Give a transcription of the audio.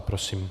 Prosím.